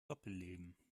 doppelleben